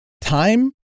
time